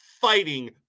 fighting